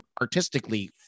artistically